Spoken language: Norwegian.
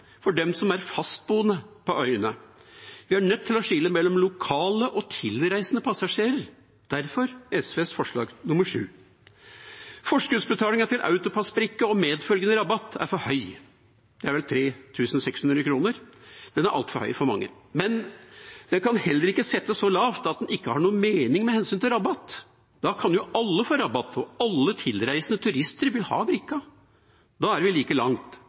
for dem som er fastboende på øyene. Vi er nødt til å skille mellom lokale og tilreisende passasjerer. Derfor fremmer vi forslag nr. 7. Forskuddsbetalingen til AutoPASS-brikke og medfølgende rabatt er for høy. Det er vel 3 600 kr. Det er altfor høyt for mange. Men den kan heller ikke settes så lavt at den ikke har noen mening med hensyn til rabatt. Da kan jo alle få rabatt, og alle tilreisende turister vil ha brikka. Da er vi jo like langt